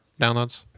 downloads